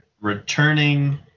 returning